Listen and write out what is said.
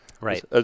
Right